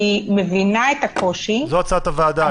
אני מבינה את הקושי --- זו הצעת הוועדה,